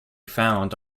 found